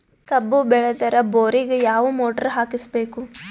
ಕಬ್ಬು ಬೇಳದರ್ ಬೋರಿಗ ಯಾವ ಮೋಟ್ರ ಹಾಕಿಸಬೇಕು?